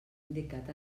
indicat